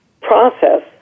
process